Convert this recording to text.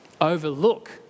overlook